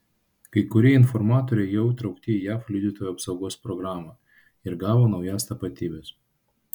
kai kurie informatoriai jau įtraukti į jav liudytojų apsaugos programą ir gavo naujas tapatybes